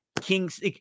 Kings